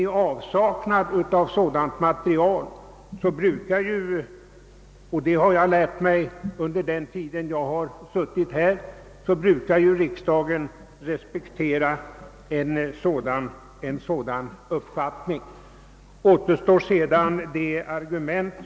I avsaknad av utredning brukar emellertid riksdagen respektera att en sådan avvaktas — det har jag lärt mig under mina år här i riksdagen.